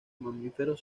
mamíferos